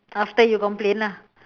after you complain lah